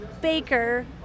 Baker